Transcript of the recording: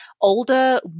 older